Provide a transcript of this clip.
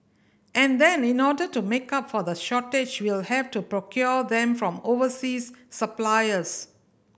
and then in order to make up for the shortage we'll have to procure them from overseas suppliers